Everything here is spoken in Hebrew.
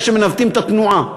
אלה שמנווטים את התנועה,